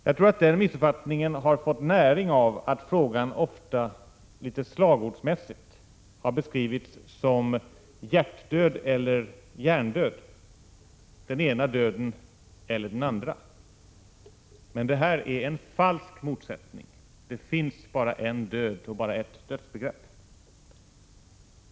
Jag tror att den missuppfattningen har fått näring av att frågan ofta litet slagordsmässigt har beskrivits som hjärtdöd eller hjärndöd, den ena döden eller den andra. Men detta är en falsk motsättning. Det finns bara en död och ett dödsbegrepp.